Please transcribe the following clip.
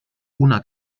una